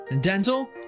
dental